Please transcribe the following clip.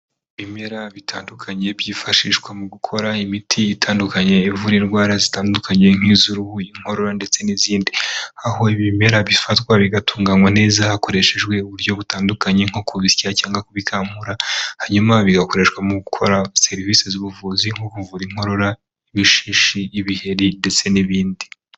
Ibimera bitandukanye byifashishwa mu gukora imiti itandukanye, ivura indwara zitandukanye, nk'iz'uruhu, inkorora ndetse n'izindi, aho ibimera bifatwa bigatunganywa neza hakoreshejwe uburyo butandukanye, nko kubisya cyangwa kubikamura hanyuma bigakoreshwa mu gukora serivisi z'ubuvuzi nko kuvura inkorora, ibishishi, ibiheri ndetse n'ibindi.